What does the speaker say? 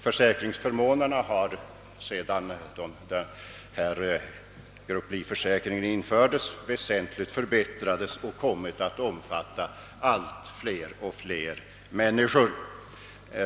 Försäkringsförmånerna har sedan grupplivförsäkringen infördes väsentligt förbättrats och kommit att omfatta allt fler människor.